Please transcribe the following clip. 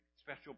special